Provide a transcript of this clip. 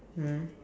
mm